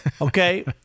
Okay